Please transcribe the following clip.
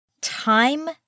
time